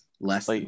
less